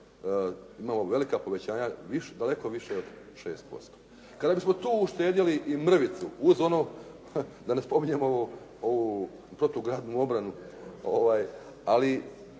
imamo velika povećanja, daleko više od 6%. Kada bismo tu uštedjeli i mrvicu uz ono, da ne spominjem ovu protugradnu obranu, ali